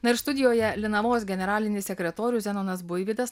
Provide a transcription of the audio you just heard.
na ir studijoje linavos generalinis sekretorius zenonas buivydas